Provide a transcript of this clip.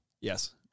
Yes